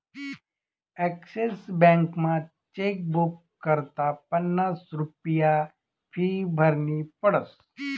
Axis बॅकमा chequebook करता पन्नास रुप्या फी भरनी पडस